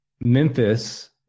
Memphis